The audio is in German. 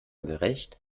gerecht